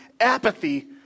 apathy